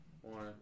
one